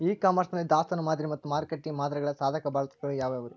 E commerce ನಲ್ಲಿ ದಾಸ್ತಾನು ಮಾದರಿ ಮತ್ತ ಮಾರುಕಟ್ಟೆ ಮಾದರಿಯ ಸಾಧಕ ಬಾಧಕಗಳ ಯಾವವುರೇ?